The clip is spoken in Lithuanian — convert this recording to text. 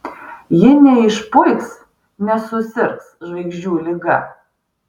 ji neišpuiks nesusirgs žvaigždžių liga